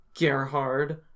gerhard